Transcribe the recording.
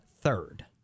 third